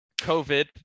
COVID